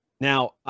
now